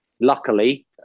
luckily